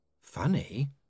funny